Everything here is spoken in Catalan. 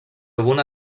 algun